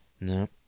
No